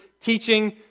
teaching